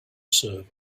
serve